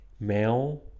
Male